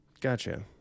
gotcha